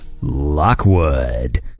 Lockwood